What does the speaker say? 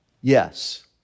Yes